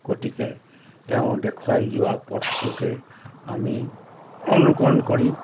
গতিকে তেওঁ দেখুৱাই যোৱা পথটোকে আমি অনুকৰণ কৰি